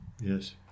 Yes